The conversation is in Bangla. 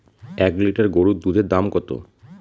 এক লিটার গরুর দুধের দাম কত?